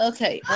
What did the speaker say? Okay